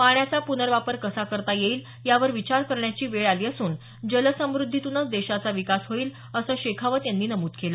पाण्याचा प्नर्वापर कसा करता येईल यावर विचार करण्याची वेळी आली असून जल समृद्धीतूनच देशाचा विकास होईल असं शेखावत यांनी नमूद केलं